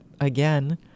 again